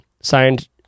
Signed